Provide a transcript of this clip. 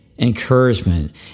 encouragement